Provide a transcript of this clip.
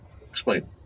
explain